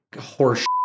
horse